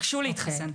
גשו להתחסן.